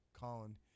Colin